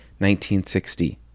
1960